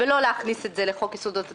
ולא להכניס את זה לחוק יסודות התקציב.